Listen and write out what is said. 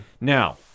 Now